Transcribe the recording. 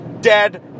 Dead